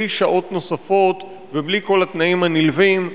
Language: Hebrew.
בלי שעות נוספות ובלי כל התנאים הנלווים.